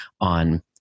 on